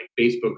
Facebook